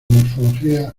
morfología